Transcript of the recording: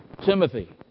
Timothy